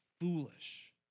foolish